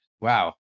wow